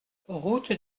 route